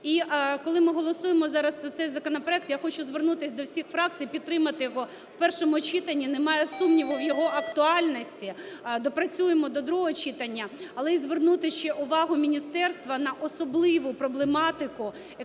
І, коли ми голосуємо зараз за цей законопроект, я хочу звернутись до всіх фракцій підтримати його в першому читанні. Немає сумніву в його актуальності. Доопрацюємо до другого читання. Але і звернути ще увагу міністерства на особливу проблематику екологічних